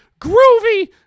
groovy